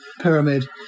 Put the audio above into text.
pyramid